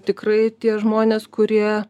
tikrai tie žmonės kurie